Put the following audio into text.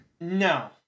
No